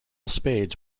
spades